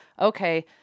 okay